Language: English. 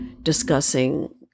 discussing